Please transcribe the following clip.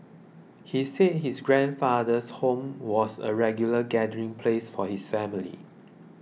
he said his grandfather's home was a regular gathering place for his family